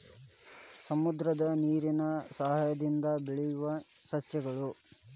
ಸಮುದ್ರದ ನೇರಿನ ಸಯಹಾಯದಿಂದ ಬೆಳಿಯುವ ಸಸ್ಯಗಳು